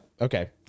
Okay